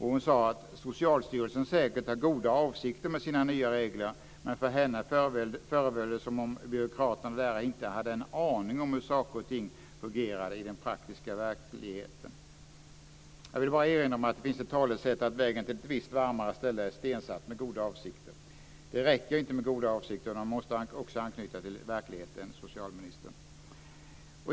Hon sade att Socialstyrelsen säkert har goda avsikter med sina nya regler men för henne föreföll det som att byråkraterna där inte har en aning om hur saker och ting fungerar i den praktiska verkligheten. Jag vill erinra om talesättet att vägen till ett visst varmare ställe är stensatt med goda avsikter. Det räcker dock inte med goda avsikter, utan det hela måste också anknyta till verkligheten, socialministern!